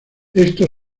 esto